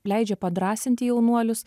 leidžia padrąsinti jaunuolius